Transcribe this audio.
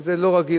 וזה לא רגיל,